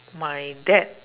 my dad